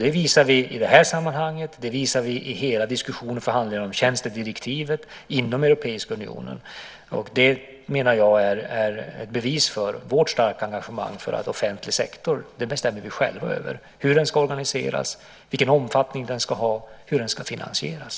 Det visar vi i det här sammanhanget och i hela diskussionen och förhandlingarna om tjänstedirektivet inom Europeiska unionen. Det menar jag är ett bevis för vårt starka engagemang för att vi själva bestämmer över offentlig sektor, hur den ska organiseras, vilken omfattning den ska ha och hur den ska finansieras.